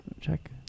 check